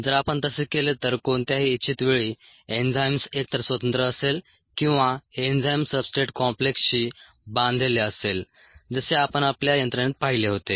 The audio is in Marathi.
जर आपण तसे केले तर कोणत्याही इच्छित वेळी एन्झाईम एकतर स्वतंत्र असेल किंवा एन्झाईम सब्सट्रेट कॉम्प्लेक्सशी बांधलेले असेल जसे आपण आपल्या यंत्रणेत पाहिले होते